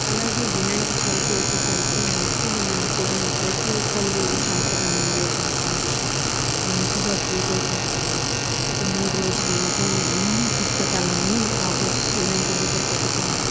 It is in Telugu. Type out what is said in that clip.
అలాగే వినాయక చవితి వచ్చేసరికి మట్టి వినాయకుడిని ప్రతి ఒక్కళ్ళు సంప్రదాయంలో కొనుక్కొని వచ్చి మంచిగా పూజలు చేసుకొని ఒక మూడు రోజులు ఇంట్లోనే అన్ని పుస్తకాలన్నీ అవు వినాయకుడి దగ్గర పెట్టుకొని